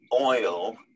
oil